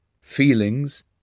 feelings